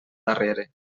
darrere